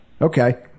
Okay